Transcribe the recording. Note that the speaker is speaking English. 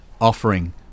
offering